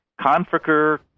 Configure